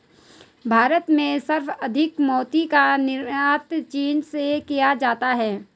भारत में संवर्धित मोती का निर्यात चीन से किया जाता है